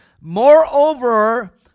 Moreover